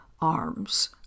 arms